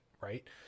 right